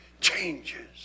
changes